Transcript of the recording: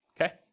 okay